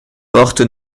porte